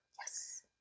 Yes